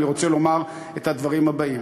אני רוצה לומר את הדברים הבאים: